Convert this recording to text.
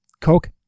Coke